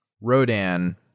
Rodan